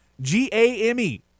G-A-M-E